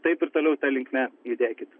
taip ir toliau ta linkme judėkit